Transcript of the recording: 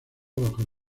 bajo